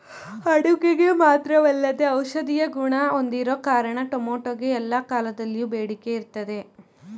ಅಡುಗೆಗೆ ಮಾತ್ರವಲ್ಲದೇ ಔಷಧೀಯ ಗುಣ ಹೊಂದಿರೋ ಕಾರಣ ಟೊಮೆಟೊಗೆ ಎಲ್ಲಾ ಕಾಲದಲ್ಲಿಯೂ ಬೇಡಿಕೆ ಇರ್ತದೆ